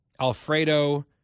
Alfredo